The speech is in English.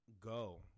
go